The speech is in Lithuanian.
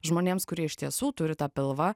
žmonėms kurie iš tiesų turi tą pilvą